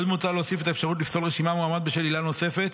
עוד מוצע להוסיף את האפשרות לפסול רשימה או מועמד בשל עילה נוספת: